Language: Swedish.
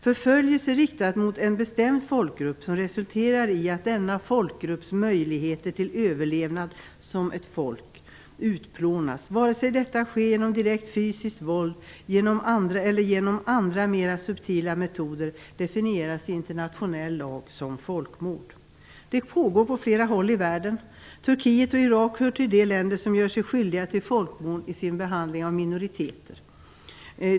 Förföljelse riktad mot en bestämd folkgrupp som resulterar i att denna folkgrupps möjligheter till överlevnad som ett folk utplånas, vare sig detta sker genom direkt fysiskt våld eller det sker genom andra mera subtila metoder, definieras i internationell lag som folkmord. Sådant pågår på flera håll i världen. Turkiet och Irak hör till de länder som gör sig skyldiga till folkmord i sin behandling av minoriteter.